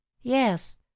Yes